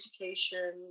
education